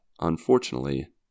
unfortunately